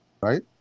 right